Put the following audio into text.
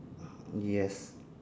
yes